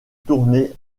tourné